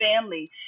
family